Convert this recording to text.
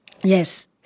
Yes